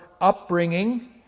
upbringing